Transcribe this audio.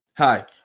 Hi